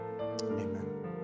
amen